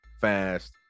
fast